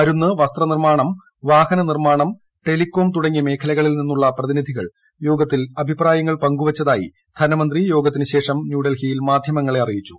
മരുന്ന് വസ്ത്രനിർമ്മാണം വാഹന നിർമ്മാണം ടെലികോം തുടങ്ങിയ മേഖലകളിൽ നിന്നുള്ള പ്രതിനിധികൾ യോഗത്തിൽ അഭിപ്രായങ്ങൾ പങ്കുവച്ചതായി ധനമന്ത്രി യോഗത്തിന് ശേഷം ന്യൂഡൽഹിയിൽ മാധ്യമങ്ങളെ അറിയിച്ചു